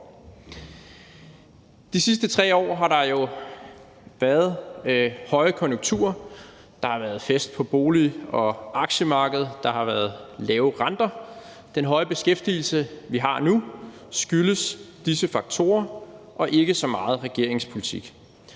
De sidste 3 år har der jo været højkonjunktur. Der har været fest på bolig- og aktiemarkedet, og der har været lave renter. Den høje beskæftigelse, vi har nu, skyldes disse faktorer og ikke så meget regeringens politik.